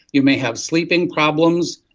you may have sleeping problems,